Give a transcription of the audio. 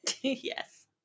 Yes